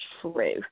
true